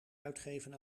uitgeven